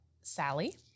Sally